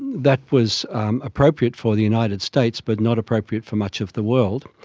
that was appropriate for the united states but not appropriate for much of the world.